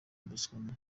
botswana